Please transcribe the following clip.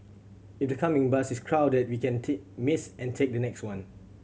if the coming bus is crowded we can miss and take the next one